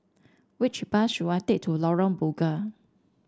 which bus should I take to Lorong Bunga